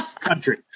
Country